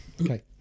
Okay